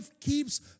keeps